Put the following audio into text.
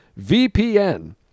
VPN